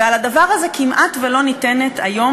ועל הדבר הזה כמעט לא ניתנת היום,